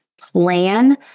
plan